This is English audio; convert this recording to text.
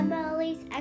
Emily's